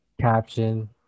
caption